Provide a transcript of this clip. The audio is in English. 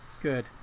Good